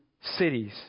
cities